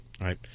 right